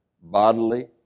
bodily